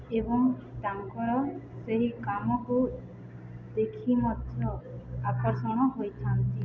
ଏବଂ ତାଙ୍କର ସେହି କାମକୁ ଦେଖି ମଧ୍ୟ ଆକର୍ଷଣ ହୋଇଥାନ୍ତି